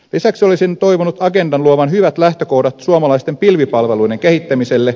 lisäksi olisin toivonut agendan luovan hyvät lähtökohdat suomalaisten pilvipalveluiden kehittämiselle